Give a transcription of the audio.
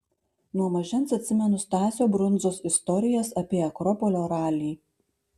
nuo mažens atsimenu stasio brundzos istorijas apie akropolio ralį